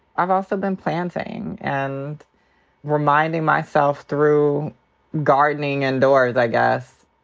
i've also been planting and reminding myself through gardening indoors, i guess,